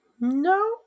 No